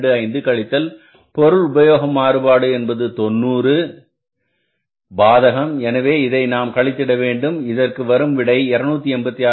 25 கழித்தல் பொருள் உபயோகம் மாறுபாடு என்பது நமக்கு 90 ரூபாய் பாதகம் எனவே இதை நாம் கழித்திட வேண்டும் இதற்கு வரும் விடை 286